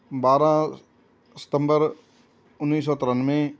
ਬਾਰਾਂ ਸਤੰਬਰ ਉੱਨੀ ਸੌ ਤ੍ਰਿਆਨਵੇਂ